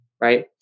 right